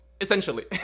essentially